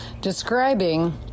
describing